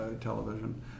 television